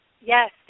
Yes